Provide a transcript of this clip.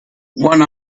one